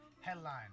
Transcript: headline